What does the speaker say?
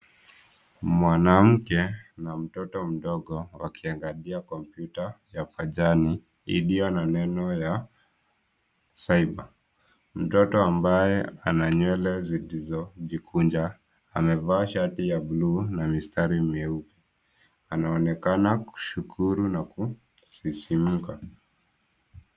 Mwanamke na mtoto mdogo wakiangalia kompyuta ya pajani iliyo na neno ya cyber . Mtoto ambaye ana nywele zilizojikunja amevaa shati ya bluu na mistari myeupe anaonekana kushukuru na kusisimka.